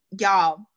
y'all